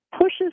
pushes